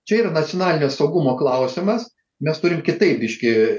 čia ir nacionalinio saugumo klausimas mes turim kitaip biškį